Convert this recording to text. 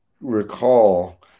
recall